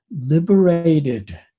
liberated